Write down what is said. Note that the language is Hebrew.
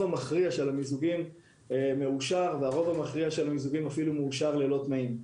המכריע של המיזוגים מאושר ללא תנאים.